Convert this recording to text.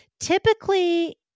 Typically